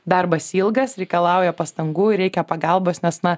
darbas ilgas reikalauja pastangų ir reikia pagalbos nes na